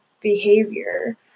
behavior